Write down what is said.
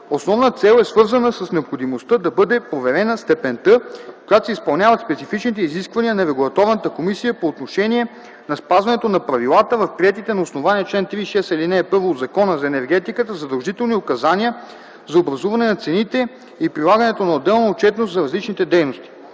основна цел е свързана с необходимостта да бъде проверена степента, в която се изпълняват специфичните изисквания на Регулаторната комисия по отношение на спазването на правилата в приетите на основание чл. 36, ал. 1 от Закона за енергетиката задължителни указания за образуване на цените и прилагането на отделна отчетност за различните дейности.